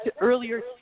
earlier